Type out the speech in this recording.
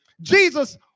Jesus